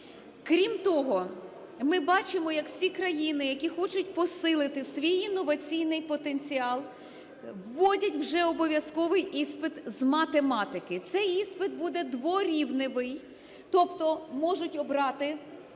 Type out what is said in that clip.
Крім того, ми бачимо, як всі країни, які хочуть посилити свій інноваційний потенціал, вводять вже обов'язковий іспит з математики. Цей іспит буде дворівневий, тобто можуть обрати: